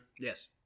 yes